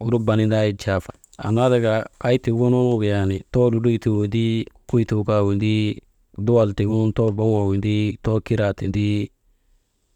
Uruba nindaa yak jaa «hesitation» annaa tika kay tuugunugu yaatan, tow lilituu windi, too kukuytuu kaa windi, tow«hesitation» duwal tiigunu too boŋoo windi, too kiraa windi,